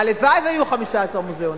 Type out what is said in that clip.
הלוואי שהיו 15 מוזיאונים.